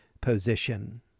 position